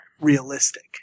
realistic